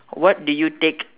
what did you take